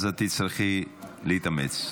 אז את תצטרכי להתאמץ.